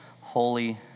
holy